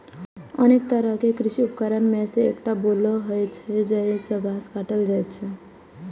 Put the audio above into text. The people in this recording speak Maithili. अनेक तरहक कृषि उपकरण मे सं एकटा बोलो होइ छै, जाहि सं घास काटल जाइ छै